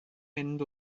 mynd